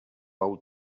old